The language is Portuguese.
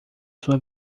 sua